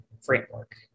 framework